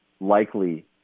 likely